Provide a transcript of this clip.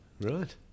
Right